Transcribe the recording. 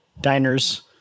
diners